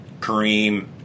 Kareem